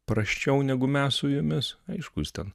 prasčiau negu mes su jumis aišku jis ten